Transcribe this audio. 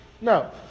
No